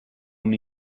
una